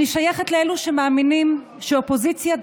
אני שייכת לאלו שמאמינים שאופוזיציה,